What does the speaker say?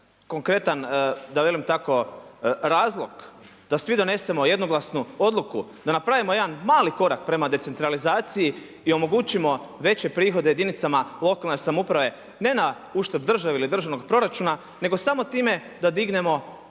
konkretan razlog da svi donesemo jednoglasnu odluku, da napravimo jedan mali korak prema decentralizaciji i omogućimo veće prihode jedinicama lokalne samouprave ne na uštrb države ili državnog proračuna nego samo time da dignemo